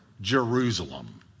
Jerusalem